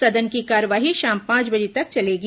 सदन की कार्यवाही शाम पांच बजे तक चलेगी